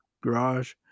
garage